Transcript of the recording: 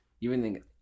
evening